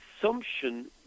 assumption